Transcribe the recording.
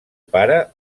pare